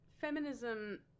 feminism